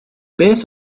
beth